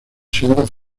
siendo